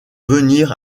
venir